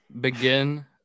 begin